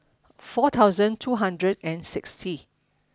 four thousand two hundred and sixty